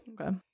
Okay